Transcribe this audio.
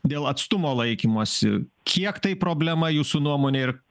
dėl atstumo laikymosi kiek tai problema jūsų nuomone ir